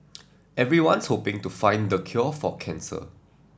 everyone's hoping to find the cure for cancer